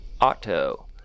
Otto